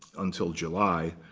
until july.